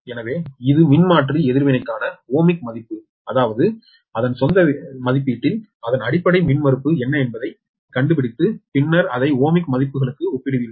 எனவே இது மின்மாற்றி எதிர்வினைக்கான ஓமிக் மதிப்பு அதாவது அதன் சொந்த மதிப்பீட்டில் அதன் அடிப்படை மின்மறுப்பு என்ன என்பதைக் கண்டுபிடித்து பின்னர் அதை ஓமிக் மதிப்புகளுக்கு மாற்றுவீர்கள்